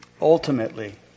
Ultimately